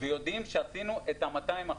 ויודעים שעשינו את ה-200%.